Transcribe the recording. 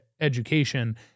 education